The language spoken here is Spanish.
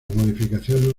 modificaciones